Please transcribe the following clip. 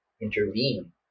intervene